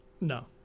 No